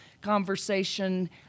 conversation